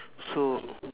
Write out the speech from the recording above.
so